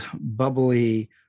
bubbly